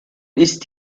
ist